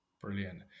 brilliant